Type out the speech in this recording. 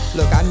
Look